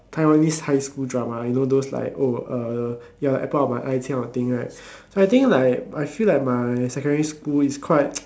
Taiwanese high school drama you know those like oh uh you are the apple of my eye this kind of thing right so I think like I feel like my secondary school is quite